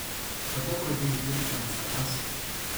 kada pradėjai dirbti ant savęs